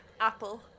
Apple